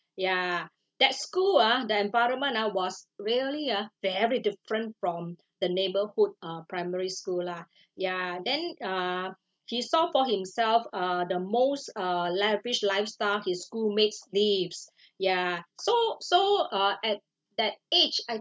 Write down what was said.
ya that school ah the environment ah was really ah very different from the neighbourhood uh primary school lah ya then uh he saw for himself uh the most uh lavish lifestyle his schoolmates live ya so so uh at that age I